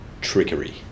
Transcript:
Trickery